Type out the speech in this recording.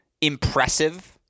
impressive